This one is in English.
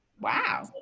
Wow